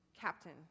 captain